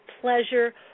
pleasure